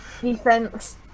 defense